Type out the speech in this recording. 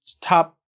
top